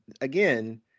again